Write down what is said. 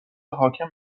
حاکم